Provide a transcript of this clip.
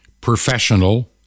professional